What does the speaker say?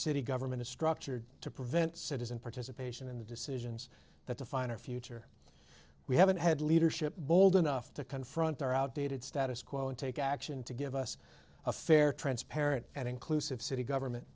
city government is structured to prevent citizen participation in the decisions that define or future we haven't had leadership bold enough to confront our outdated status quo and take action to give us a fair transparent and inclusive city government